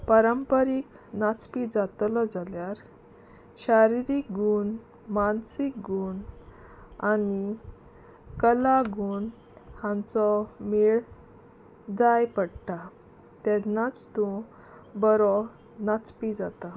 परंपरीक नाचपी जातलो जाल्यार शारिरीक गूण मानसीक गूण आनी कला गूण हांचो मेळ जाय पडटा तेन्नाच तूं बरो नाचपी जाता